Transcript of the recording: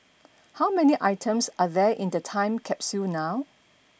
how many items are there in the time capsule now